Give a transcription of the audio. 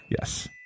yes